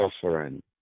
suffering